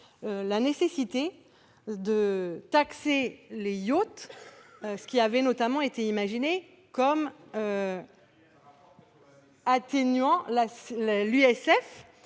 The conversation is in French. la nécessité de taxer les yachts, mesure qui avait notamment été imaginée pour atténuer l'effet